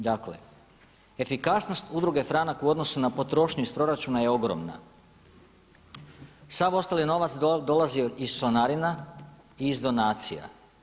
Dakle efikasnost Udruge Franak u odnosu na potrošnju iz proračuna je ogromna, sav ostali novac dolazi joj iz članarina i iz donacija.